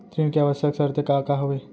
ऋण के आवश्यक शर्तें का का हवे?